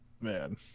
Man